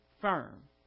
firm